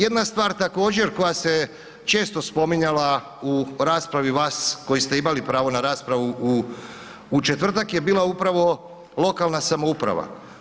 Jedna stvar također, koja se često spominjala u raspravi sad koji ste imali pravo na raspravu u četvrtak je upravo bila lokalna samouprava.